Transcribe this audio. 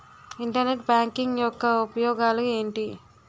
Internet banking యెక్క ఉపయోగాలు ఎంటి?